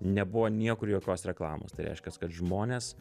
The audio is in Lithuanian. nebuvo niekur jokios reklamos tai reiškias kad žmonės